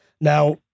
Now